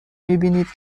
میبینید